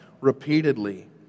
repeatedly